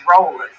rollers